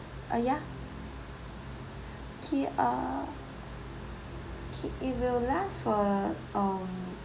ya okay err okay it will last for um